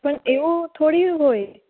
પણ એવું થોડું હોય